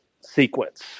sequence